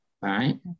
right